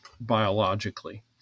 biologically